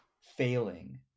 failing